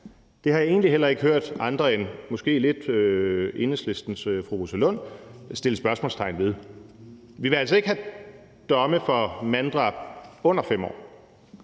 Det har jeg egentlig heller ikke hørt andre end måske lidt Enhedslistens fru Rosa Lund sætte spørgsmålstegn ved. Vi vil altså ikke have domme for manddrab under 5 år.